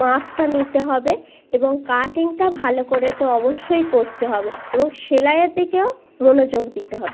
মাপটা নিতে হবে এবং কাটিংটা ভালো করে তো অবশ্যই করতে হবে এবং সেলাইয়ের দিকেও মনোযোগ দিতে হবে